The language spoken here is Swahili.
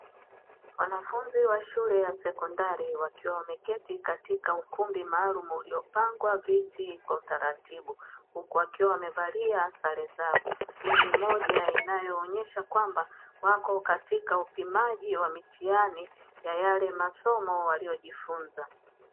Wanafunzi wa shule ya sekondari wakiwa wameketi katika ukumbi maalum uliopangwa viti kwa utaratibu huku wakiwa wamevalia sare zao hii ni moja inayoonyesha kwamba wapo katika upimaji wa mitihani wa yale masomo waliyojifunza.